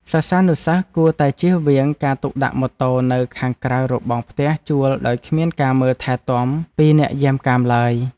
សិស្សានុសិស្សគួរតែចៀសវាងការទុកដាក់ម៉ូតូនៅខាងក្រៅរបងផ្ទះជួលដោយគ្មានការមើលថែទាំពីអ្នកយាមកាមឡើយ។